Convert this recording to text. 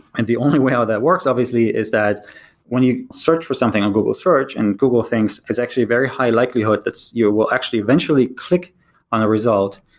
and the only way how that works, obviously, is that when you search for something on google search, and google thinks it's actually very high likelihood you will actually eventually click on a result,